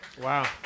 Wow